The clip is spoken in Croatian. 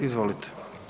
Izvolite.